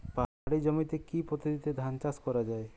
পাহাড়ী জমিতে কি পদ্ধতিতে ধান চাষ করা যায়?